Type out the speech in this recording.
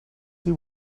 see